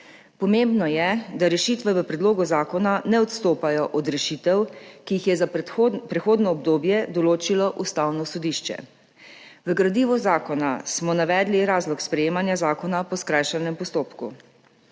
Pomembno je, da rešitve v predlogu zakona ne odstopajo od rešitev, ki jih je za prehodno obdobje določilo Ustavno sodišče. V gradivu zakona smo navedli razlog sprejemanja zakona po skrajšanem postopku,